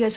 S